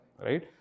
Right